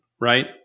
right